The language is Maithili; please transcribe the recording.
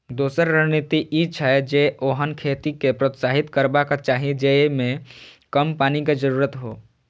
दोसर रणनीति ई छै, जे ओहन खेती कें प्रोत्साहित करबाक चाही जेइमे कम पानिक जरूरत हो